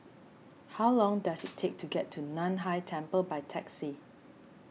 how long does it take to get to Nan Hai Temple by taxi